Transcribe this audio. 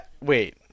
Wait